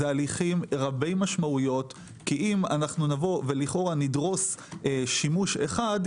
אלה הליכים רבי משמעויות כי אם חלילה נבוא ולכאורה נדרוס שימוש אחד,